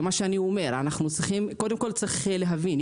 זה מה שאני אומר קודם צריך להבין,